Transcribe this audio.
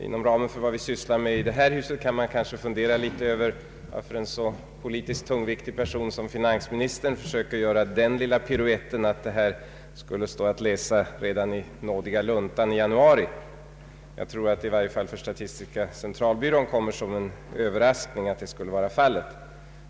Inom ramen för vad vi sysslar med i detta hus kanske vi kan fundera något över varför en så politiskt tungviktig person som finansministern försöker göra den lilla piruetten att detta skulle ha stått att läsa redan i nådiga luntan i januari. Jag tror att det i varje fall för statistiska centralbyrån kommer som en överraskning att så skulle vara fallet.